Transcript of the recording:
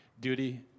duty